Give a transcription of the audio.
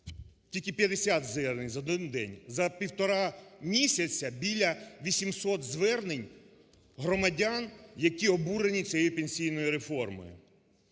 тільки 50 звернень за один день. За півтора місяця біля 800 звернень громадян, які обурені цією пенсійною реформою.